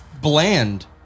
bland